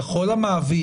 יכול המעביד,